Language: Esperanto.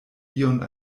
ion